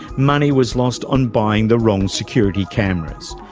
money was lost on buying the wrong security cameras,